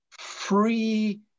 free